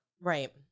Right